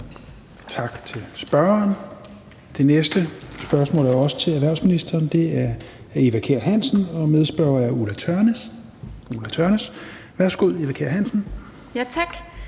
Tak til spørgeren. Det næste spørgsmål er også til erhvervsministeren. Det er fra Eva Kjer Hansen, og medspørgeren er Ulla Tørnæs. Kl. 17:01 Spm. nr.